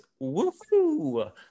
woohoo